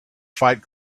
fight